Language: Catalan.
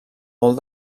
molt